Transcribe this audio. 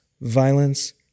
violence